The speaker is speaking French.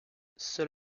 seul